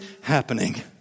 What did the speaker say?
happening